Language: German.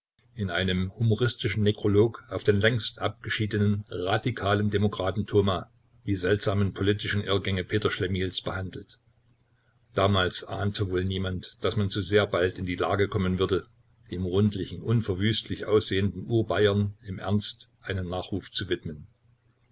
in einem humoristischen nekrolog auf den längst abgeschiedenen radikalen demokraten thoma die seltsamen politischen irrgänge peter schlemihls behandelt damals ahnte wohl niemand daß man so sehr bald in die lage kommen würde dem rundlichen unverwüstlich aussehenden urbayern im ernst einen nachruf zu widmen